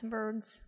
birds